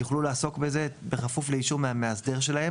הם יוכלו לעסוק בזה בכפוף לאישור מהמאסדר שלהם.